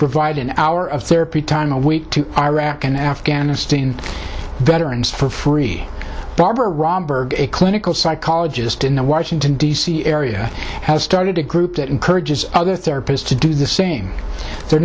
provide an hour of therapy time a week to iraq and afghanistan veterans for free barbara romberg a clinical psychologist in the washington d c area has started a group that encourages other therapies to do the same they're